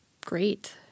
great